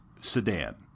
sedan